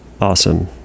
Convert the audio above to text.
awesome